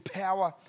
power